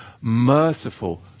Merciful